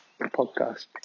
podcast